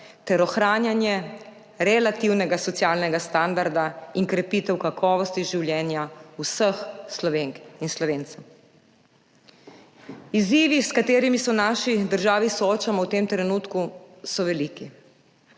ter za ohranjanje relativnega socialnega standarda in krepitev kakovosti življenja vseh Slovenk in Slovencev. Izzivi, s katerimi se v naši državi soočamo v tem trenutku, so veliki.